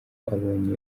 abonye